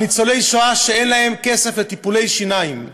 ניצולי שואה שאין להם כסף לטיפולי שיניים,